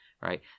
right